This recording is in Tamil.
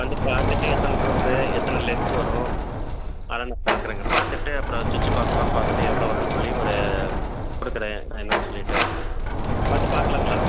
வந்து பார்த்துட்டு எத்தனை ரூம்பு எத்தனை லென்த்து வரும் அதெலாம் நான் பார்க்கறேங்க பார்த்துட்டு அப்புறம் சுவிட்சு பாக்ஸெலாம் பார்த்துட்டு எவ்வளோ வரும்னு சொல்லி ஒரு கொடுக்கறேன் நான் என்னான்னு சொல்லிவிட்டு வந்து பார்க்கலாங்களா